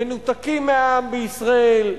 מנותקים מהעם בישראל.